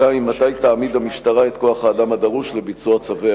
2. מתי תעמיד המשטרה את כוח-האדם הדרוש לביצוע צווי